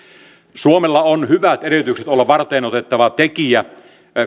suomella on hyvät edellytykset olla varteenotettava tekijä